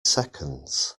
seconds